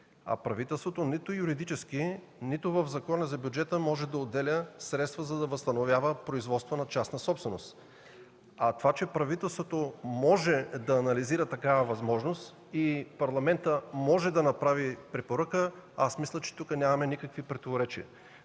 а правителството нито юридически, нито в Закона за бюджета може да отделя средства, за да възстановява производства на частна собственост. По това, че правителството може да анализира такава възможност и Парламентът може да направи препоръка, мисля, че нямаме никакви противоречия.